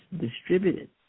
distributed